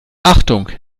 achtung